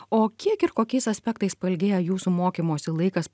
o kiek ir kokiais aspektais pailgėja jūsų mokymosi laikas